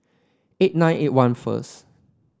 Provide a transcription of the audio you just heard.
eight nine eight one first